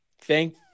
Thank